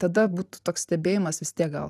tada būtų toks stebėjimas vis tiek gal